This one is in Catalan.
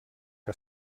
que